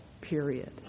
period